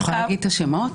את יכולה להגיד את השמות?